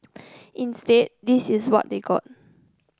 instead this is what they got